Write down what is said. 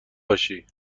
باشی